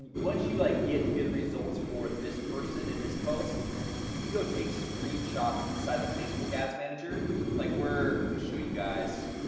once you like get good results for this person in this post you can go take screenshots inside the facebook ads manager like where let me show you guys